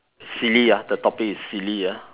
silly ah the topic is silly ah